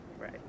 Right